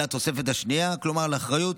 לתוספת השנייה, כלומר, לאחריות